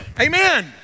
amen